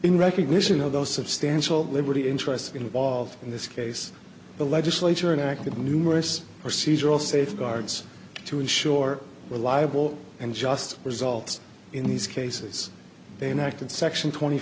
in recognition of those substantial liberty interests involved in this case the legislature enacted numerous procedural safeguards to ensure reliable and just results in these cases they enact in section twenty